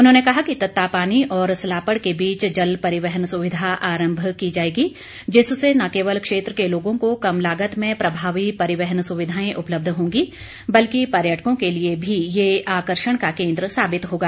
उन्हों कहा कि तत्तापानी और सलापड़ के बीच जल परिवहन सुविधा आरम्भ की जाएगी जिससे न केवल क्षेत्र के लोगों को कम लागत में प्रभावी परिवहन सुविधाएं उपलब्ध होंगी बल्कि पर्यटकों के लिए भी ये आकर्षण का केन्द्र साबित होगा